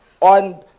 On